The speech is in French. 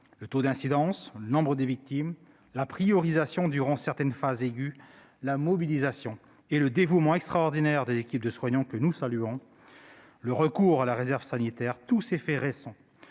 Les taux d'incidence, le nombre de victimes, la « priorisation » durant certaines phases aiguës, la mobilisation et le dévouement extraordinaires des équipes de soignants, que nous saluons, le recours à la réserve sanitaire ... tous ces faits récents